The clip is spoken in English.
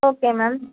okay ma'am